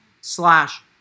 slash